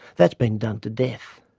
that's been done to death.